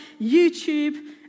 youtube